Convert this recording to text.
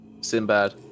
Sinbad